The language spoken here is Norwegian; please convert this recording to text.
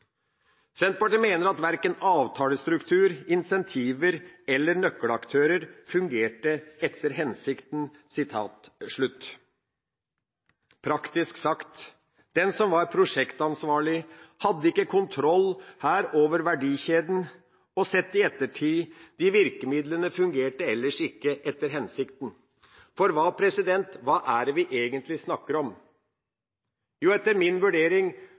Senterpartiet «mener at verken avtalestruktur, insentiver eller nøkkelaktører fungerte etter hensikten». Praktisk sagt: Den som var prosjektansvarlig, hadde ikke kontroll over verdikjeden, og – sett i ettertid – virkemidlene fungerte ellers ikke etter hensikten. For hva er det vi egentlig snakker om? Jo, etter min vurdering